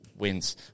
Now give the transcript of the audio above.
Wins